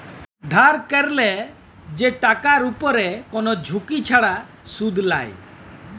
ধার ক্যরলে যে টাকার উপরে কোন ঝুঁকি ছাড়া শুধ লায়